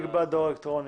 אלקטרוני.